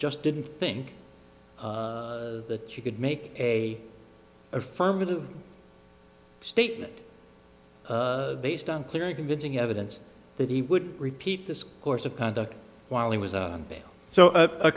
just didn't think that you could make a affirmative statement based on clear and convincing evidence that he would repeat this course of conduct while he was on so